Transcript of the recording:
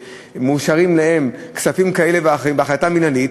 מאושרים להם כספים כאלה ואחרים בהחלטה מינהלית.